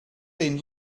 been